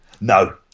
no